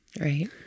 Right